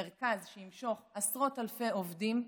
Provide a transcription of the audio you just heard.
מרכז שימשוך עשרות אלפי עובדים,